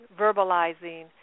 verbalizing